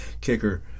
Kicker